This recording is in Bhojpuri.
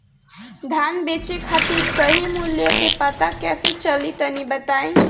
धान बेचे खातिर सही मूल्य का पता कैसे चली तनी बताई?